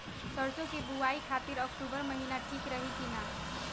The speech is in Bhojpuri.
सरसों की बुवाई खाती अक्टूबर महीना ठीक रही की ना?